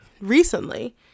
recently